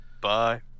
Bye